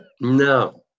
No